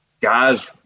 guys